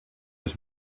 his